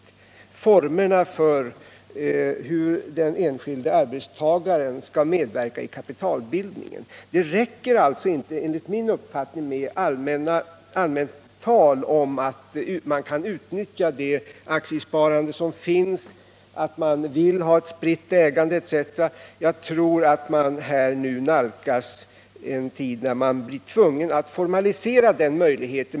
Man bör pröva formerna för hur den enskilde arbetstagaren skall medverka i kapitalbildningen. Enligt min uppfattning räcker det alltså inte med allmänt tal om att man kan utnyttja det aktiesparande som finns, att man vill ha ett spritt ägande etc. Jag tror att man nu nalkas en tid då man blir tvungen att formalisera detta engagemang.